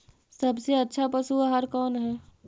सबसे अच्छा पशु आहार कौन है?